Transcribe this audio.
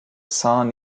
saint